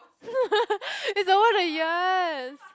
it's the over the years